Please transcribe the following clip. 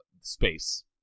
space